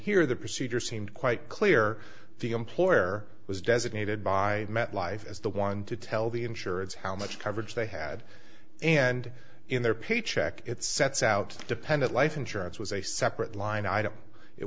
here the procedure seemed quite clear the employer was designated by metlife as the one to tell the insurance how much coverage they had and in their paycheck it sets out dependent life insurance was a separate line item it